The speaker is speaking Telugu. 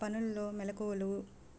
పనులలో మెళకువలు